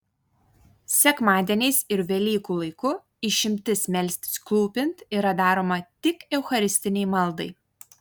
sekmadieniais ir velykų laiku išimtis melstis klūpint yra daroma tik eucharistinei maldai